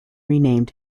renamed